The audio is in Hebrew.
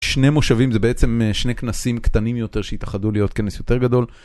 שני מושבים זה בעצם שני כנסים קטנים יותר שהתאחדו להיות כנס יותר גדול.